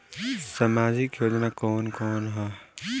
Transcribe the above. सामाजिक योजना कवन कवन ह?